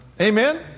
Amen